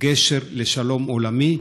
גשר לשלום עולמי,